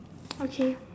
okay